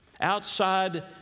outside